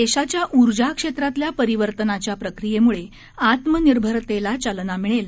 देशाच्या ऊर्जा क्षेत्रातल्या परिवर्तनाच्या प्रक्रियेमुळे आत्मनिर्भरतेला चालना मिळेल